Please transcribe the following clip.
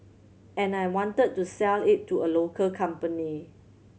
and I wanted to sell it to a local company